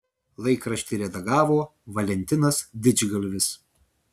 laikraštį redagavo valentinas didžgalvis